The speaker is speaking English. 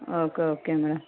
okay okay madam